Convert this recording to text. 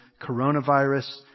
coronavirus